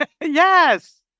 Yes